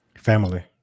Family